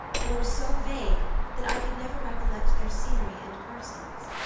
and were so vague that i could never recollect their scenery and persons,